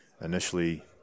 initially